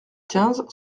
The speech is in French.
quinze